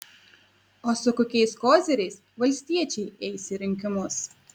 o su kokiais koziriais valstiečiai eis į rinkimus